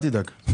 אל תדאג.